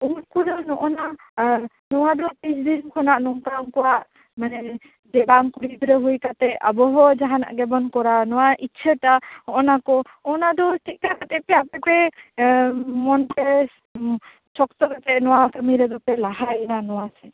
ᱩᱱᱠᱩᱫᱚ ᱱᱚᱜᱼᱚᱼᱱᱟ ᱟᱸ ᱱᱚᱣᱟᱫᱚ ᱛᱤᱥ ᱫᱤᱱ ᱠᱷᱚᱱᱟᱜ ᱱᱚᱝᱠᱟ ᱩᱱᱠᱩᱣᱟᱜ ᱢᱟᱱᱮ ᱢᱤᱫᱴᱟᱝ ᱠᱩᱲᱤ ᱜᱤᱫᱽᱨᱟ ᱦᱩᱭ ᱠᱟᱛᱮ ᱟᱵᱚᱦᱚᱸ ᱡᱟᱦᱟᱸᱱᱟᱜ ᱜᱮᱵᱚᱱ ᱠᱚᱨᱟᱣᱟ ᱱᱚᱣᱟ ᱤᱪᱪᱷᱟ ᱴᱟᱜ ᱦᱚᱜᱱᱟ ᱠᱚ ᱚᱱᱟ ᱫᱚ ᱪᱮᱫᱞᱮᱠᱟ ᱠᱟᱛᱮ ᱯᱮ ᱟᱯᱮᱯᱮ ᱮᱸ ᱢᱚᱱᱯᱮ ᱥᱚᱠᱛᱚ ᱠᱟᱛᱮᱫ ᱱᱚᱣᱟ ᱠᱟᱹᱢᱤ ᱨᱮᱫᱚᱯᱮ ᱞᱟᱦᱟᱭᱮᱱᱟ ᱱᱚᱣᱟ ᱥᱮᱫ